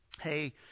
hey